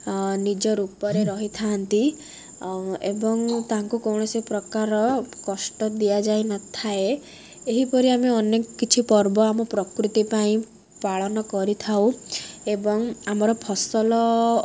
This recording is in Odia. ନିଜ ରୂପରେ ରହିଥାନ୍ତି ଏବଂ ତାଙ୍କୁ କୌଣସି ପ୍ରକାର କଷ୍ଟ ଦିଆଯାଇନଥାଏ ଏହିପରି ଆମେ ଅନେକ କିଛି ପର୍ବ ଆମ ପ୍ରକୃତି ପାଇଁ ପାଳନ କରିଥାଉ ଏବଂ ଆମର ଫସଲ